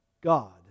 God